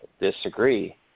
disagree